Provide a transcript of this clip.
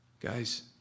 Guys